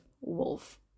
wolf